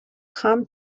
home